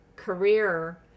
career